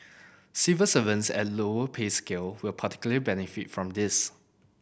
civil servants at lower pay scale will particularly benefit from this